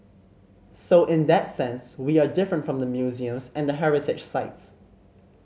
so in that sense we are different from the museums and the heritage sites